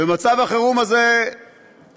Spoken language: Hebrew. ומצב החירום הזה מחזיק